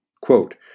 Quote